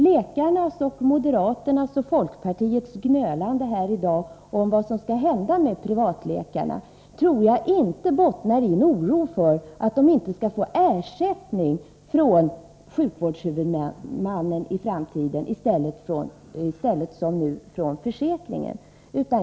Läkarnas, moderaternas och folkpartisternas gnölande om vad som skall hända med privatläkarna tror jag inte bottnar i en oro för att de i framtiden skall få ersättning från sjukvårdshuvudmannen i stället för som nu från försäkringen.